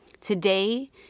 Today